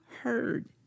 heard